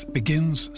begins